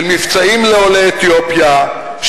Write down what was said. של מבצעים לעולי אתיופיה,